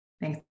Thanks